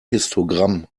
histogramm